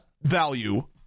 value